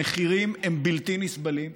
המחירים הם בלתי נסבלים,